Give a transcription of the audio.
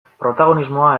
protagonismoa